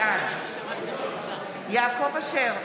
בעד יעקב אשר,